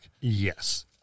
Yes